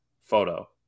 photo